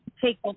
take